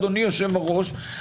אדוני היושב-ראש,